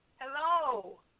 Hello